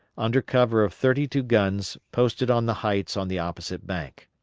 under cover of thirty-two guns posted on the heights on the opposite bank.